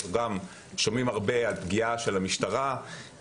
שומעים הרבה על פגיעה של המשטרה.